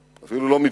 ואפילו לא מדיו,